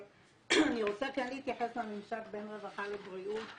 אבל אני רוצה כן להתייחס לממשק בין רווחה לבריאות,